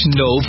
no